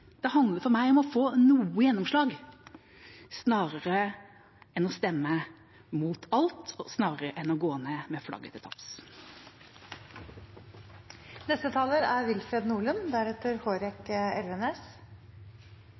meg om å få noe gjennomslag, snarere enn å stemme mot alt og snarere enn å gå ned med flagget til topps. Nasjonalt luftoperasjonssenter er